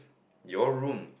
your room